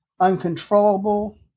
uncontrollable